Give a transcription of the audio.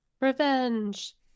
Revenge